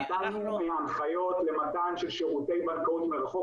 נתנו הנחיות למתן של שירותי בנקאות מרחוק,